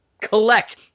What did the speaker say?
collect